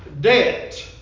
debt